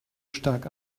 stark